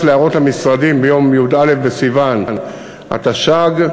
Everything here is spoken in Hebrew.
להערות המשרדים ביום י"א בסיוון התשע"ג,